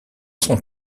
sont